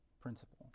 principle